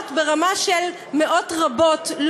מאות ברמה של מאות רבות,